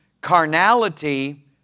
carnality